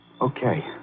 Okay